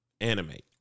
animate